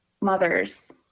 mothers